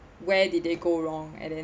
where did they go wrong and then